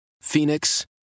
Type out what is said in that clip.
Phoenix